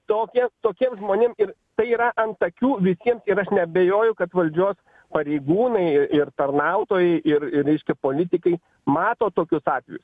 tokia tokiem žmonėm ir tai yra ant akių visiem ir aš neabejoju kad valdžios pareigūnai ir tarnautojai ir ir reiškia politikai mato tokius atvejus